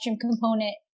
component